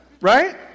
right